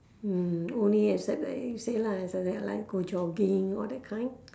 mm only except like you say lah it's like go jogging all that kind